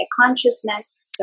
consciousness